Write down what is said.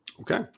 Okay